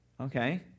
Okay